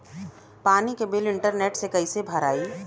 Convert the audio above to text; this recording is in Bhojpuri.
पानी के बिल इंटरनेट से कइसे भराई?